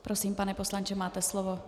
Prosím, pane poslanče, máte slovo.